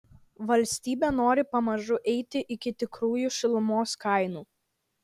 valstybė nori pamažu eiti iki tikrųjų šilumos kainų